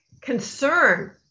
concern